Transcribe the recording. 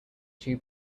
two